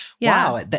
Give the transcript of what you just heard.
Wow